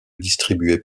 distribué